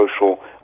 social